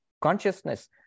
consciousness